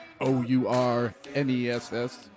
O-U-R-N-E-S-S